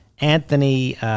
Anthony